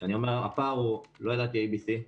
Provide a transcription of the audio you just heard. כשאני אומר פער לא ידעתי A-B-C,